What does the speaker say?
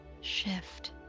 Shift